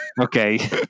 Okay